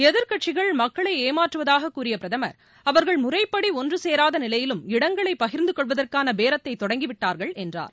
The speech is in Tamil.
எதிர்க்கட்சிகள் மக்களை ஏமாற்றுவதாக கூறிய பிரதமர் அவர்கள் முறைப்படி ஒன்று சேராத நிலையிலும் இடங்களை பகிர்ந்து கொள்வதற்கான பேரத்தை தொடங்கிவிட்டார்கள் என்றார்